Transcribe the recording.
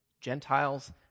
Gentiles